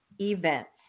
events